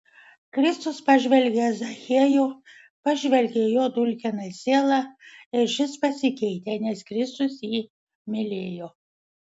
kristus pažvelgė į zachiejų pažvelgė į jo dulkiną sielą ir šis pasikeitė nes kristus jį mylėjo